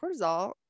cortisol